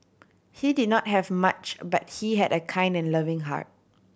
he did not have much but he had a kind and loving heart